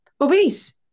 obese